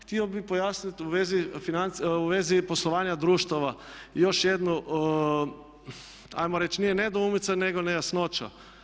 Htio bih pojasniti u vezi poslovanja društava još jednu hajmo reći nije nedoumica nego nejasnoća.